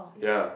ya